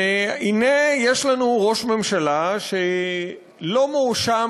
והנה יש לנו ראש ממשלה שלא מואשם,